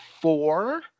four